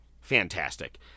Fantastic